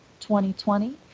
2020